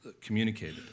communicated